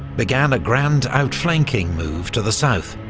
began a grand outflanking move to the south,